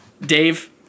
Dave